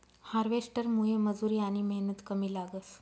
हार्वेस्टरमुये मजुरी आनी मेहनत कमी लागस